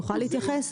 תוכל להתייחס?